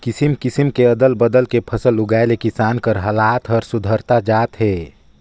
किसम किसम के अदल बदल के फसल उगाए ले किसान कर हालात हर सुधरता जात हे